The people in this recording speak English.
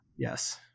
Yes